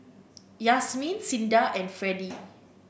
Yasmeen Cinda and Freddy